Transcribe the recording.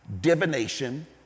divination